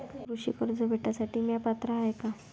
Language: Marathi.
कृषी कर्ज भेटासाठी म्या पात्र हाय का?